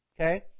okay